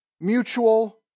mutual